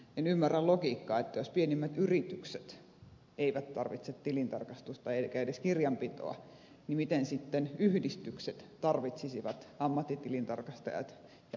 en ymmärrä logiikkaa että jos pienimmät yritykset eivät tarvitse tilintarkastusta eivätkä edes kirjanpitoa niin miten sitten yhdistykset tarvitsisivat ammattitilintarkastajat ja normaalin kirjanpidon